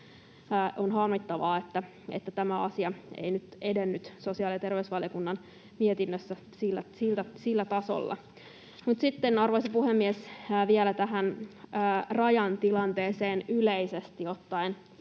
On harmittavaa, että tämä asia ei nyt edennyt sosiaali‑ ja terveysvaliokunnan mietinnössä sillä tasolla. Mutta sitten, arvoisa puhemies, vielä tähän rajan tilanteeseen yleisesti ottaen.